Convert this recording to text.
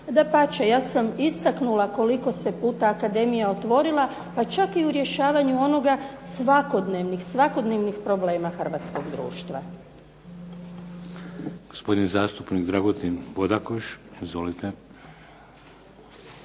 dapače ja sam istaknula koliko se puta akademija otvorila pa čak i u rješavanju onoga svakodnevnih problema hrvatskog društva. **Šeks, Vladimir (HDZ)** Gospodin zastupnik Dragutin Bodakoš, izvolite.